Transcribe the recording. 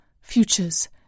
Futures